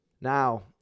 Now